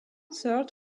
third